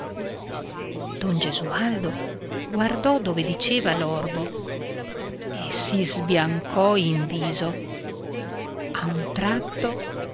don gesualdo guardò dove diceva l'orbo e si sbiancò subito in viso a un tratto